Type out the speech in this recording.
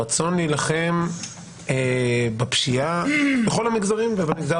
הרצון להילחם בפשיעה בכל המגזרים ובמגזר